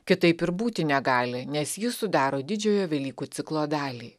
kitaip ir būti negali nes ji sudaro didžiojo velykų ciklo dalį